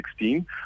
2016